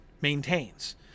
maintains